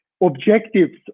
objectives